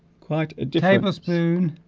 quite a tablespoon